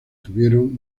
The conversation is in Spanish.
tuvieron